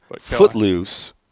Footloose